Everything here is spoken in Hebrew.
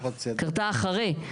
היא קרתה אחרי,